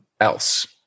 else